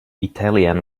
italian